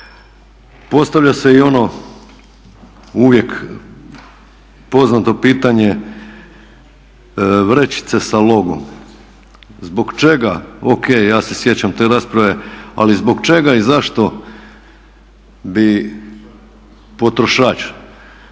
Postavlja se i ono uvijek poznato pitanje vrećice sa logom. Zbog čega, ok, ja se sjećam te rasprave, ali zbog čega i zašto bi potrošač